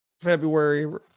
February